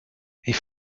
ich